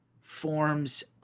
forms